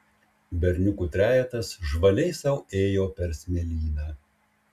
berniukų trejetas žvaliai sau ėjo per smėlyną